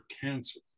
cancer